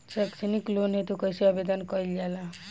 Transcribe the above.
सैक्षणिक लोन हेतु कइसे आवेदन कइल जाला?